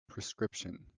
prescription